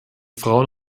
frauen